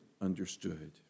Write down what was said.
understood